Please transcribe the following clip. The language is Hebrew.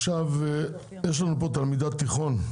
יש לנו פה תלמידת תיכון,